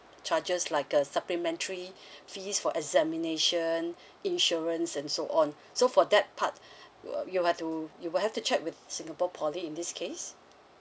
charges like uh supplementary fees for examination insurance and so on so for that part you you are to you will have to check with singapore poly in this case